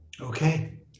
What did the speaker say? Okay